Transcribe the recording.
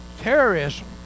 Terrorism